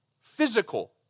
physical